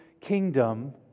kingdom